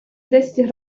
десять